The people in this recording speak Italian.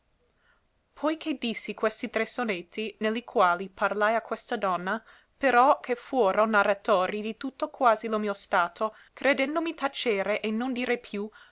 che dissi questi tre sonetti ne li quali parlai a questa donna però che fuoro narratori di tutto quasi lo mio stato credendomi tacere e non dire più